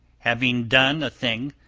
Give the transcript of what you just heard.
having done a thing,